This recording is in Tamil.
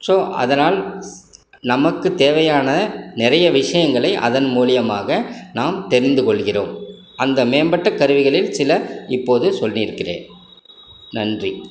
ஸோ அதனால் ஸ் நமக்குத் தேவையான நிறைய விஷயங்களை அதன் மூலியமாக நாம் தெரிந்து கொள்கிறோம் அந்த மேம்பட்ட கருவிகளை சில இப்போது சொல்லி இருக்கிறேன் நன்றி